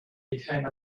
became